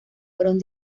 fueron